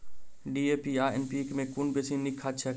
DAP आ NPK मे कुन बेसी नीक खाद छैक?